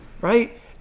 right